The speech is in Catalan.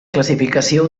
classificació